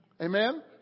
Amen